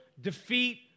defeat